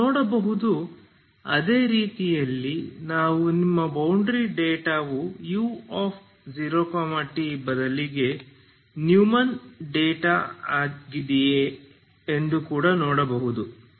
ನಾವು ನೋಡಬಹುದು ಅದೇ ರೀತಿಯಲ್ಲಿ ನಾವು ನಿಮ್ಮ ಬೌಂಡರಿ ಡೇಟಾವು u0t ಬದಲಿಗೆ ನ್ಯೂಮನ್ ಡೇಟಾ ಆಗಿದೆಯೇ ಎಂದು ಕೂಡ ನೋಡಬಹುದು